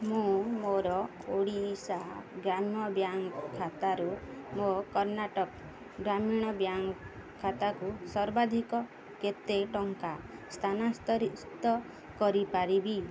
ମୁଁ ମୋର ଓଡ଼ିଶା ଗ୍ରାମ୍ୟ ବ୍ୟାଙ୍କ୍ ଖାତାରୁ ମୋ କର୍ଣ୍ଣାଟକ ଗ୍ରାମୀଣ ବ୍ୟାଙ୍କ୍ ଖାତାକୁ ସର୍ବାଧିକ କେତେ ଟଙ୍କା ସ୍ଥାନାନ୍ତରିତ କରିପାରିବି